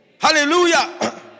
Hallelujah